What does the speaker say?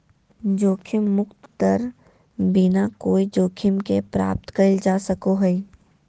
जोखिम मुक्त दर बिना कोय जोखिम के प्राप्त कइल जा सको हइ